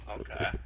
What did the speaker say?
Okay